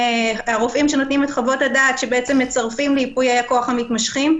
הרופאים שנותנים את חוות הדעת שמצרפים לייפויי הכוח המתמשכים,